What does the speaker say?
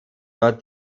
dort